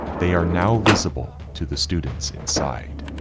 they are now visible to the students inside